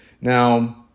Now